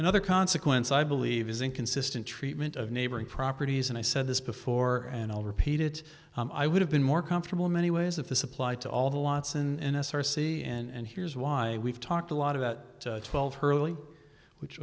another consequence i believe is inconsistent treatment of neighboring properties and i said this before and i'll repeat it i would have been more comfortable in many ways if this applied to all the lots in s r c and here's why we've talked a lot about twelve hurley which